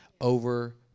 over